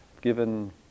given